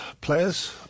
players